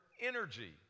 energy